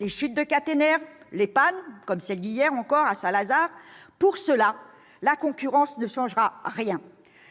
les chutes de caténaire, les pannes, à l'instar de celle qui, hier encore, est survenue à Saint-Lazare. À cela, la concurrence ne changera rien.